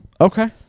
Okay